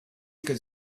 could